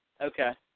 Okay